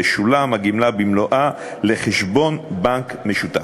תשולם הגמלה במלואה לחשבון בנק משותף.